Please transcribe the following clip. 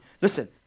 listen